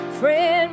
friend